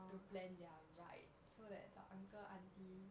to plan their rides so that the uncle aunty